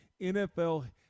NFL